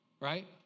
right